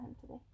today